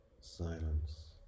silence